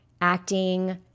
acting